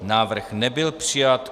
Návrh nebyl přijat.